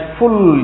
full